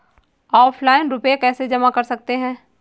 Offline रुपये कैसे जमा कर सकते हैं?